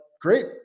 great